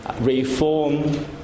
reform